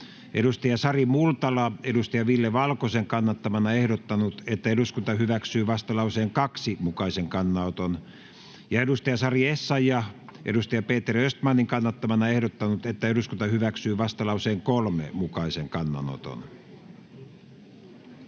Sari Multala on Ville Valkosen kannattamana ehdottanut, että eduskunta hyväksyy vastalauseen 2 mukaisen kannanoton. Sari Essayah on Peter Östmanin kannattamana ehdottanut, että eduskunta hyväksyy vastalauseen 3 mukaisen kannanoton.